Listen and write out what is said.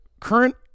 Current